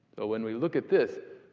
so, when we look at this,